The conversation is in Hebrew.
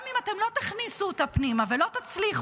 גם אם אתם לא תכניסו אותה פנימה ולא תצליחו,